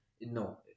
no